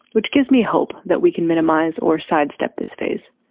which gives me hope that we can minimize or sidestep this phase.